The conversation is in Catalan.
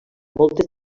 moltes